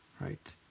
right